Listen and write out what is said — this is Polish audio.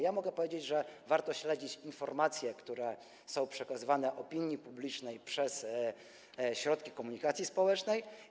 Ja mogę powiedzieć, że warto śledzić informacje, które są przekazywane opinii publicznej przez środki komunikacji społecznej.